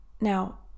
now